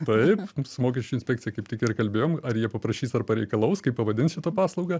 taip su mokesčių inspekcija kaip tik ir kalbėjom ar jie paprašys ar pareikalaus kaip pavadins šitą paslaugą